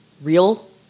real